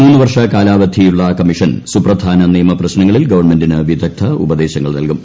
മൂന്നു വർഷ കാലാവധിയുള്ള കമ്മിഷൻ സൂപ്രധാന നിയമപ്രശ്നങ്ങളിൽ ഗവൺമെന്റിന് വിദഗ്ധ ഉപദേശങ്ങൾ നൽകും